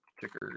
ticker